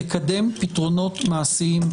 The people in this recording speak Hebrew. לקדם פתרונות מעשיים,